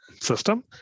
system